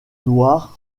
noir